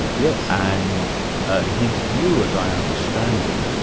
yeah and ah his view, as i understand it,